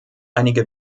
einige